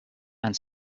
and